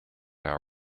our